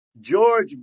George